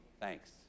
thanks